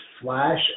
flash